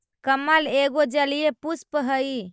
कमल एगो जलीय पुष्प हइ